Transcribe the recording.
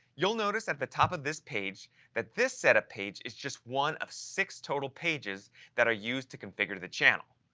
you'll notice at the top of this page that this setup page is just one of six total pages that are used to configure the channel.